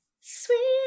sweet